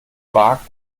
wagt